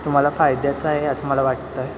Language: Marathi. तो मला फायद्याचा आहे असं मला वाटतं आहे